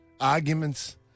Arguments